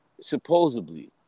supposedly